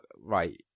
right